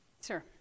sir